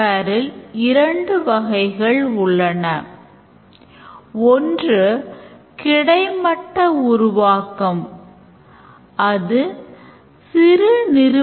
எனவே இதுவரை ஒரு முக்கியமான வரைபடமான use case வரைபடத்தைப் பார்த்து வருகிறோம் ஆனால் இது உருவாக்க எளிய வரைபடங்களில் ஒன்றாகும்